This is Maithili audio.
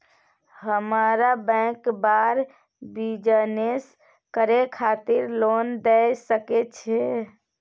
हमरा बैंक बर बिजनेस करे खातिर लोन दय सके छै?